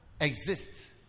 exist